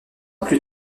plus